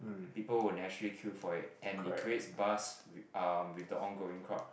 people will naturally queue for it and it creates buzz um with the ongoing crowd